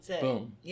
boom